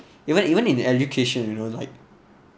even even in education you know like